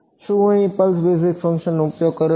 શું હું pulse basis ફંક્શનનો ઉપયોગ કરી શકું